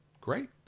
Great